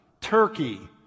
Turkey